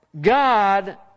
God